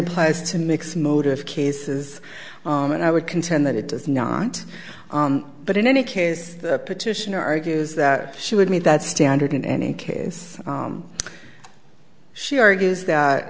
applies to mix motive cases and i would contend that it does not want but in any case the petitioner argues that she would meet that standard in any case she argues that